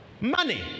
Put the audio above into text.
money